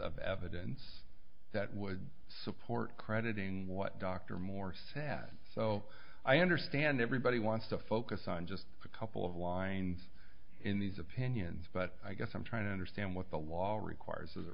of evidence that would support crediting what dr moore sat so i understand everybody wants to focus on just a couple of lines in these opinions but i guess i'm trying to understand what the law all requires